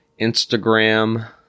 Instagram